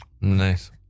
Nice